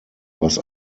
was